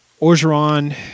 Orgeron